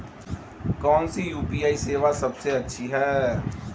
कौन सी यू.पी.आई सेवा सबसे अच्छी है?